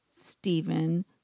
Stephen